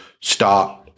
start